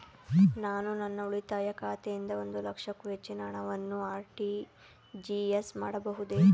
ನಾನು ನನ್ನ ಉಳಿತಾಯ ಖಾತೆಯಿಂದ ಒಂದು ಲಕ್ಷಕ್ಕೂ ಹೆಚ್ಚಿನ ಹಣವನ್ನು ಆರ್.ಟಿ.ಜಿ.ಎಸ್ ಮಾಡಬಹುದೇ?